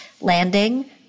landing